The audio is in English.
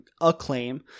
acclaim